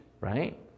right